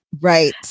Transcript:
Right